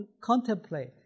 contemplate